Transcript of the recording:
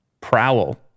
Prowl